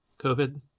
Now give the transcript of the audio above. COVID